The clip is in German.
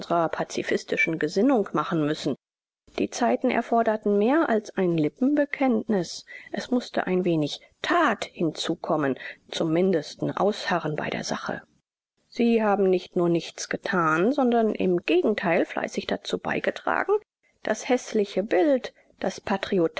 pazifistischen gesinnung machen müssen die zeiten erforderten mehr als ein lippenbekenntnis es mußte ein wenig tat hinzukommen zum mindesten ausharren bei der sache sie haben nicht nur nichts getan sondern im gegenteil fleißig dazu beigetragen das häßliche bild das